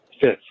fifth